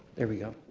there we go.